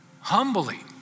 humbly